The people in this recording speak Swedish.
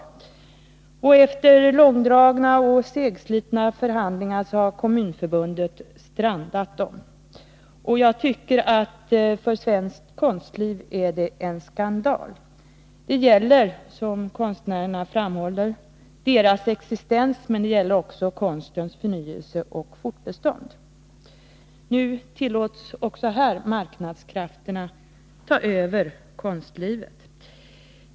Kommunförbundet har strandat de långdragna och segslitna förhandlingar som har förts. Jag tycker att detta är en skandal i svenskt konstliv. Som konstnärerna framhåller gäller det deras existens, men det gäller också konstens förnyelse och fortbestånd. Också i konstlivet tillåts nu marknadskrafterna att ta över. Herr talman!